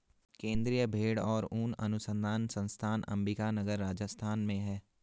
केन्द्रीय भेंड़ और ऊन अनुसंधान संस्थान अम्बिका नगर, राजस्थान में है